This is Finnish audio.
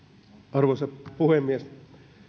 arvoisa puhemies